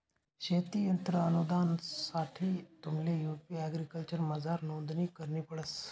शेती यंत्र अनुदानसाठे तुम्हले यु.पी एग्रीकल्चरमझार नोंदणी करणी पडस